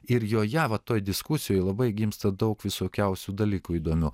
ir joje va toj diskusijoj labai gimsta daug visokiausių dalykų įdomių